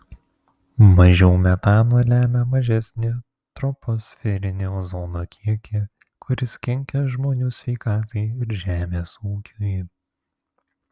mažiau metano lemia mažesnį troposferinio ozono kiekį kuris kenkia žmonių sveikatai ir žemės ūkiui